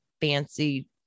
fancy